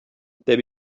they